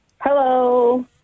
Hello